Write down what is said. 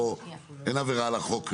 אין עבירה על החוק לעבור.